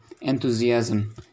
enthusiasm